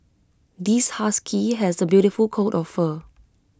this husky has A beautiful coat of fur